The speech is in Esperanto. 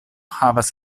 havas